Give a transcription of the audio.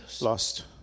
Lost